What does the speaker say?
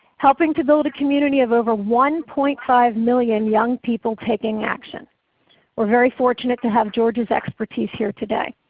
helping to build a community of over one point five million young people taking action. we are very fortunate to have george's expertise here today.